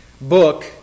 book